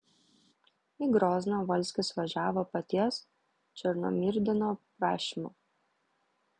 į grozną volskis važiavo paties černomyrdino prašymu